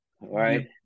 Right